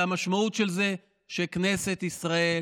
המשמעות של זה היא שכנסת ישראל